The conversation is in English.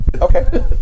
Okay